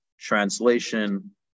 translation